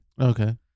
Okay